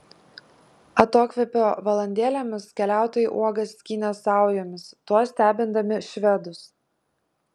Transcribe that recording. atokvėpio valandėlėmis keliautojai uogas skynė saujomis tuo stebindami švedus